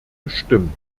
gestimmt